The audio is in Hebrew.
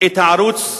את הערוץ הממלכתי,